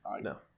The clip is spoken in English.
No